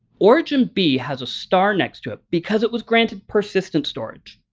origin b has a star next to it, because it was granted persistent storage,